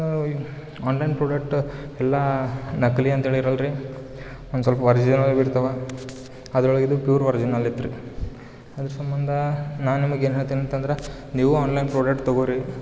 online product ಎಲ್ಲ ನಕಲಿ ಅಂತೇಳಿ ಇರಲ್ಲ ರೀ ಒಂದು ಸ್ವಲ್ಪ ಒರ್ಜಿನಲ್ ಬಿ ಇರ್ತಾವೆ ಅದ್ರೊಳಗೆ ಇದು ಪ್ಯೂರ್ ಒರ್ಜಿನಲ್ ಇತ್ತು ರೀ ಅದ್ರ ಸಂಬಂಧ ನಾ ನಿಮಗ್ ಏನು ಹೇಳ್ತೇನೆ ಅಂತಂದ್ರೆ ನೀವು ಆನ್ಲೈನ್ ಪ್ರೊಡಕ್ಟ್ ತಗೋ ರೀ